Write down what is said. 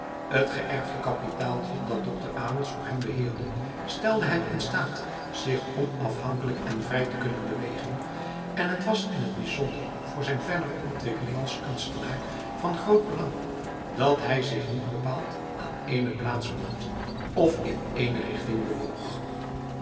t geërfde kapitaaltje dat dokter abels voor hem beheerde stelde hem in staat zich onafhankelijk en vrij te kunnen bewegen en t was in t bijzonder voor zijn verdere ontwikkeling als kunstenaar van groot belang dat hij zich niet bepaald aan ééne plaats bond of in ééne richting bewoog